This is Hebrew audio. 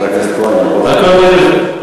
חבר הכנסת כהן, לסכם.